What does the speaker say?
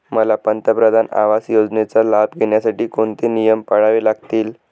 मला पंतप्रधान आवास योजनेचा लाभ घेण्यासाठी कोणते नियम पाळावे लागतील?